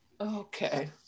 Okay